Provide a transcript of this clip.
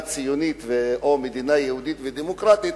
ציונית ו/או מדינה יהודית ודמוקרטית,